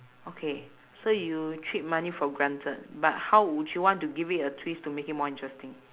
okay so you treat money for granted but how would you want to give it a twist to make it more interesting